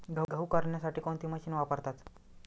गहू करण्यासाठी कोणती मशीन वापरतात?